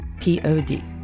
Pod